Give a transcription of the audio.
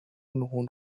known